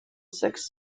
six